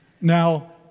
Now